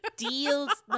deals